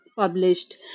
published